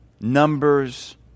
numbers